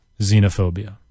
xenophobia